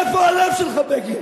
איפה הלב שלכם?